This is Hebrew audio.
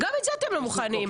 אבל גם לזה אתם לא מוכנים.